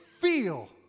feel